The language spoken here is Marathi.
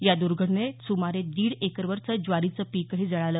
या दुर्घटनेत सुमारे दीड एकरवरचं ज्वारीचं पीकही जळालं